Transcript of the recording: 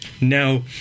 now